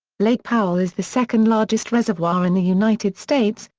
lake powell is the second-largest reservoir in the united states,